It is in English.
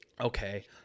okay